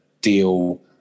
deal